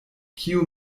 kiu